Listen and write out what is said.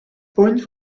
point